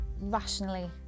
rationally